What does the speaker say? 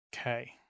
Okay